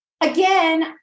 again